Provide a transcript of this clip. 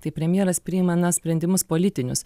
tai premjeras priima na sprendimus politinius